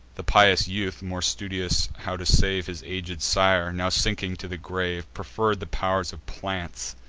the pious youth, more studious how to save his aged sire, now sinking to the grave, preferr'd the pow'r of plants,